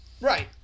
Right